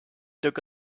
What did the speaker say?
took